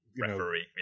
referee